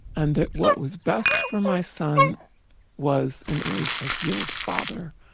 and that what was best for my son was and is a healed father.